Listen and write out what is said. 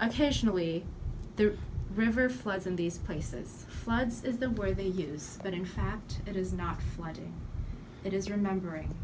occasionally the river floods in these places floods is the way they use it in fact it is not flooding it is remembering